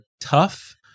tough